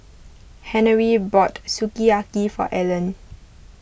Henery bought Sukiyaki for Ellen